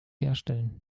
herstellen